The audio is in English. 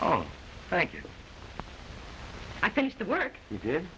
oh thank you i think the work you